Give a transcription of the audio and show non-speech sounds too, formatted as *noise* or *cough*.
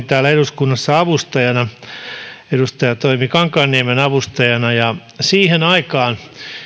*unintelligible* täällä eduskunnassa edustaja toimi kankaanniemen avustajana ja siihen aikaan